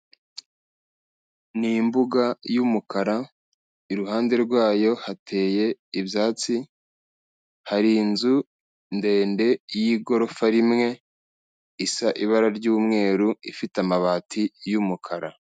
Ni imbuga y'umukara, iruhande rwayo, hateye ibyatsi, hari inzu ndende y'igorofa rimwe, isa ibara ry'umweru, ifite amabati y'umukara.